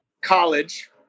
college